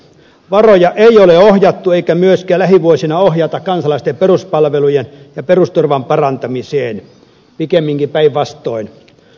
varoja ei ole ohjattu eikä myöskään lähivuosina ohjata kansalaisten peruspalvelujen ja perusturvan parantamiseen pikemminkin päinvastoin